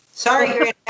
Sorry